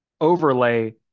overlay